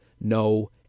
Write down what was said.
no